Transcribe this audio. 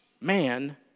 man